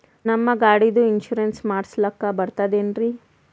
ನಮ್ಮ ಗಾಡಿದು ಇನ್ಸೂರೆನ್ಸ್ ಮಾಡಸ್ಲಾಕ ಬರ್ತದೇನ್ರಿ?